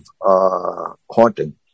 haunting